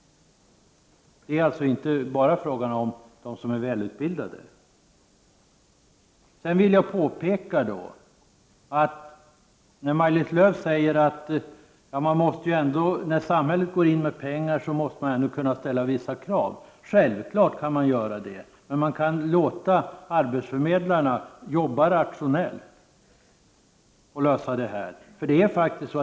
Det är alltså inte bara fråga om dem som är välutbildade. Maj-Lis Lööw säger att när samhället går in med pengar måste samhället ändå kunna ställa vissa krav. Självfallet kan man göra det. Men man kan låta arbetsförmedlarna jobba rationellt på att lösa de här problemen.